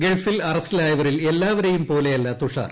ഗൾഫിൽ അറസ്റ്റിലായവരിൽ എല്ലാപ്പ്ര്യേയും പോലെയല്ല തുഷാർ